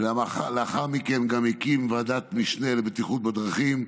ולאחר מכן גם הקים ועדת משנה לבטיחות בדרכים,